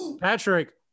Patrick